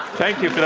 thank you but